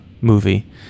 movie